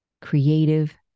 creative